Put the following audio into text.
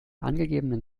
angegebenen